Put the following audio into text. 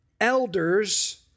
elders